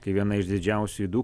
kai viena iš didžiausių ydų